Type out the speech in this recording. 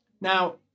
Now